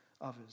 others